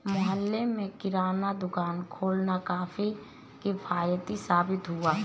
मोहल्ले में किराना दुकान खोलना काफी किफ़ायती साबित हुआ